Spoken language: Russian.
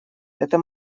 это